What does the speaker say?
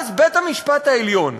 ואז בית-המשפט העליון,